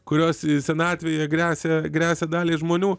kurios senatvėje gresia gresia daliai žmonių